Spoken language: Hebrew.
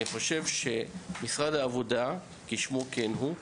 אני חושב שמשרד העבודה, כשמו כן הוא,